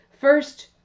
First